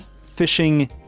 fishing